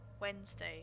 Wednesday